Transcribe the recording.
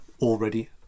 already